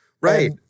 Right